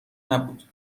نبود